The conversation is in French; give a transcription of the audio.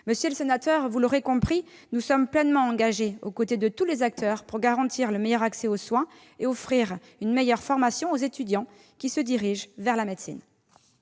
Monsieur le sénateur, vous l'aurez compris, nous sommes pleinement engagés aux côtés de tous les acteurs pour garantir le meilleur accès aux soins et offrir une meilleure formation aux étudiants qui se dirigent vers la médecine.